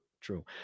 true